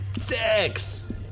Six